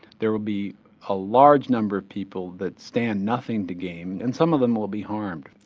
there will be a large number of people that stand nothing to gain. and some of them will be harmed.